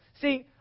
See